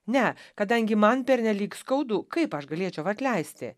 ne kadangi man pernelyg skaudu kaip aš galėčiau atleisti